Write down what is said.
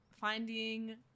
Finding